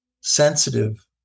sensitive